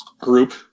group